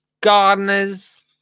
gardener's